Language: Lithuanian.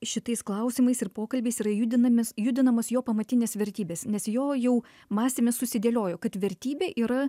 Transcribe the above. šitais klausimais ir pokalbiais yra judinamas judinamas jo pamatinės vertybės nes jo jau mąstyme susidėliojo kad vertybė yra